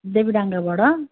देवीडाँगाबाट